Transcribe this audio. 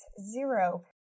zero